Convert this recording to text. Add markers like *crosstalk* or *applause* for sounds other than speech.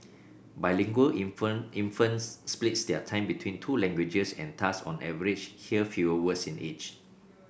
bilingual *unintelligible* infants split their time between two languages and thus on average hear fewer words in each